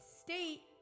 state